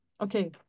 okay